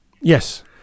Yes